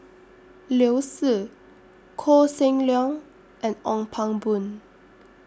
Liu Si Koh Seng Leong and Ong Pang Boon